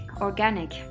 organic